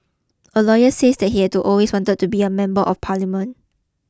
a lawyer says that he had always wanted to be a member of parliament